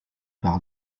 par